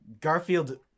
Garfield